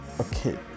Okay